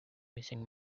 missing